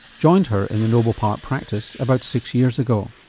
joined her in the noble park practice about six years ago.